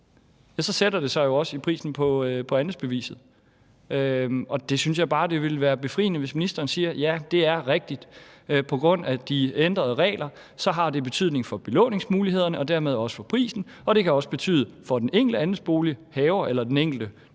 så sætter det sig jo også i prisen på andelsbeviset. Jeg synes bare, at det ville være befriende, hvis ministeren sagde: Ja, det er rigtigt. På grund af de ændrede regler har det betydning for belåningsmulighederne og dermed også for prisen, og det kan også betyde for den enkelte andelsbolighaver eller for den enkelte, der